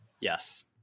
Yes